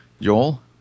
Joel